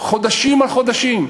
חודשים על חודשים,